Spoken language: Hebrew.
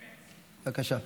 בבקשה.